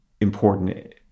important